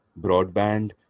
broadband